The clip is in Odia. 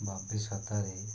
ଭବିଷ୍ୟତରେ